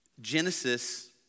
Genesis